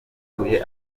abatuye